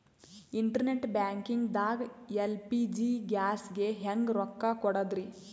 Internet banking ದಾಗ LPG ಗ್ಯಾಸ್ಗೆ ಹೆಂಗ್ ರೊಕ್ಕ ಕೊಡದ್ರಿ?